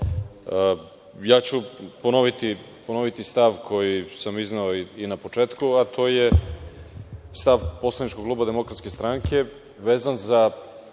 zakona. Ponoviću stav koji sam izneo i na početku, a to je stav poslaničkog kluba Demokratske stranke, vezan za